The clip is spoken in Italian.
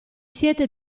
siete